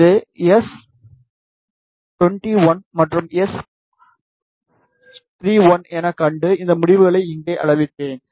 இது எஸ்21 மற்றும் எஸ்31 என கண்டு இந்த முடிவுகளை இங்கே அளவிட்டேன்